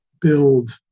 build